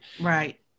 Right